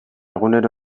egunero